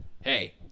hey